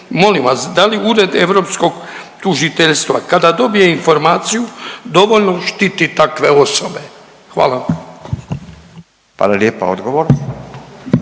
Molim vas da li Ured europskog tužiteljstva kada dobije informaciju dovoljno štiti takve osobe. Hvala vam. **Radin,